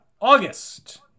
August